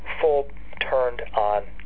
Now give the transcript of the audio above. full-turned-on